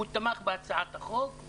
הוא תמך בהצעת החוק.